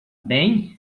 bem